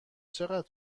چقدر